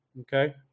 okay